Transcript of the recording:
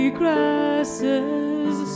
grasses